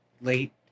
late